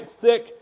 sick